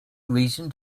reason